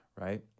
right